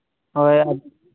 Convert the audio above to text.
ᱦᱳᱭ